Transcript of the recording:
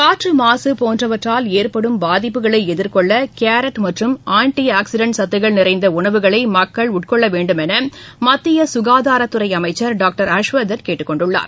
காற்று மாசு போன்றவற்றால் ஏற்படும் பாதிப்புகளை எதிர்கொள்ள கேரட் மற்றும் ஆன்டி ஆக்ஸிடென்ட் சத்துக்கள் நிறைந்த உணவுகளை மக்கள் உட்கொள்ள வேண்டும் என மத்திய சுனாதாரத்துறை அமைச்சர் டாக்டர் ஹர்ஷ்வர்தன் கேட்டுக்கொண்டுள்ளார்